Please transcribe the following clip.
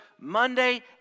Monday